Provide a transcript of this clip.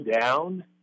down